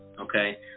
Okay